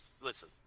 listen